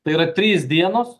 tai yra trys dienos